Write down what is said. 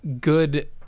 good